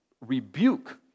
rebuke